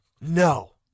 No